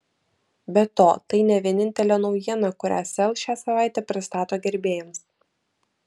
be to tai ne vienintelė naujiena kurią sel šią savaitę pristato gerbėjams